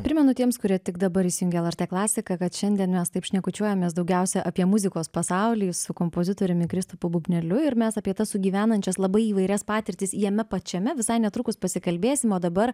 primenu tiems kurie tik dabar įsijungė lrt klasiką kad šiandien mes taip šnekučiuojamės daugiausia apie muzikos pasaulį su kompozitoriumi kristupu bubneliu ir mes apie tas sugyvenančias labai įvairias patirtis jame pačiame visai netrukus pasikalbėsim o dabar